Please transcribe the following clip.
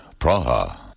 Praha